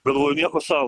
galvoju nieko sau